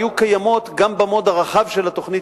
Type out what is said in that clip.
היו קיימות גם ב-mode הרחב של התוכנית,